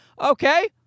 Okay